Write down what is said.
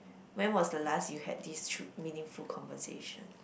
when was the last you had this tru~ meaningful conversation